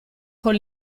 con